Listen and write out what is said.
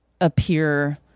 appear